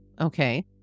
Okay